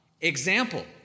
Example